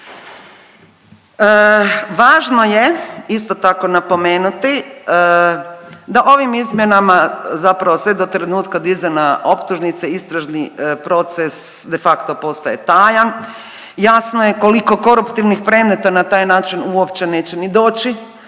Važno je isto tako napomenuti da ovim izmjenama zapravo sve do trenutka dizanja optužnice istražni proces de facto postaje tajan, jasno je koliko koruptivnih predmeta na taj način uopće neće ni doći